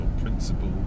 principle